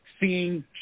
seeing